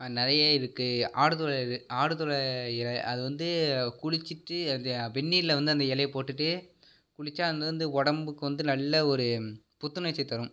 நிறைய இருக்கு ஆடதொட இது ஆடுதொடை இல அது வந்து குளிச்சிட்டு அது வெந்நீரில் வந்து அந்த இலைய போட்டுட்டு குளிச்சால் அது வந்து உடம்புக்கு வந்து நல்ல ஒரு புத்துணர்ச்சியை தரும்